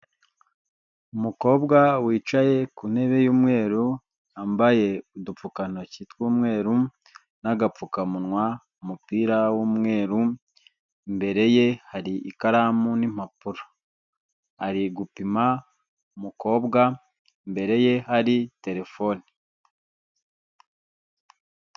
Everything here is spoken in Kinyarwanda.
Umukobwa wicaye ku ntebe y'umweru wambaye udupfukantoki tw'umweru n'agapfukamunwa, umupira w'umweru, imbere ye hari ikaramu n'impapuro ari gupima umukobwa, imbere ye hari telefone.